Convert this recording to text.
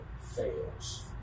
fails